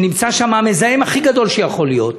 שנמצא בה המזהם הכי גדול שיכול להיות,